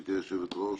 גברתי היושבת-ראש,